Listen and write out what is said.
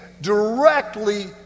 directly